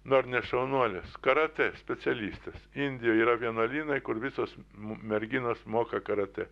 nu ar ne šaunuolės karatė specialistės indijoj yra vienuolynai kur visos merginos moka karatė